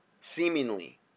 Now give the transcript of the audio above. seemingly